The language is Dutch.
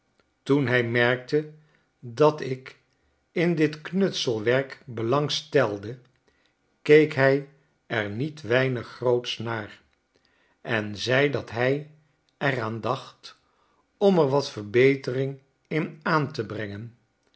toen hij merkte dat ik in dit knutselwerk belang stelde keek hij er niet weinig grootsch naar en zei dat hij er aan dacht om er wat verbetering in aan te brengen